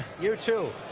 you, too.